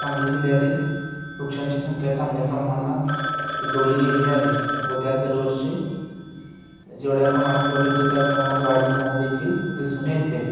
सांगली जिल्ह्यातील वृक्षांची संख्या चांगल्या प्रमाणात टिकवली गेली आहे व त्यात दरवर्षी जेवढ्या प्रमाणात घट होते त्याच प्रमाणात वाढ होताना देखील दिसून येते